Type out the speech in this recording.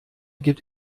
gibt